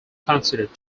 considered